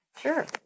Sure